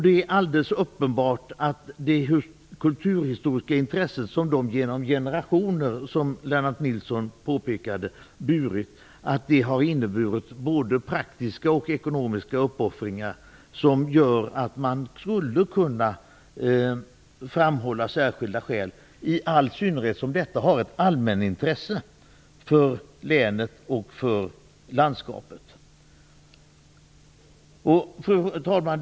Det är helt uppenbart att det kulturhistoriska intresse som de har burit i generationer, som Lennart Nilsson påpekade, har inneburit praktiska och ekonomiska uppoffringar, vilket gör att man skulle kunna framhålla särskilda skäl, i all synnerhet som detta har ett allmänt intresse för länet och för landskapet. Fru talman!